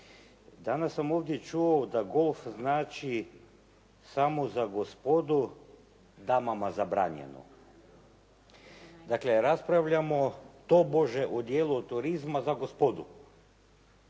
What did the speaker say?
Danas sam ovdje čuo da golf znači samo za gospodu, damama zabranjeno. Dakle, raspravljamo tobože o dijelu turizma za gospodu.